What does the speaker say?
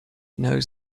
knows